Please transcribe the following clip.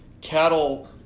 cattle